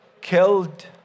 killed